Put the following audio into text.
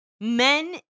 men